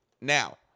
Now